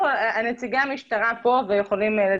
נציגי המשטרה כאן והם יכולים להתייחס.